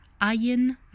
iron